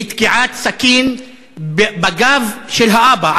היא תקיעת סכין בגב של האבא,